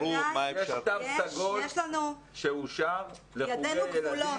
יש תו סגול שאושר לחוגי ילדים.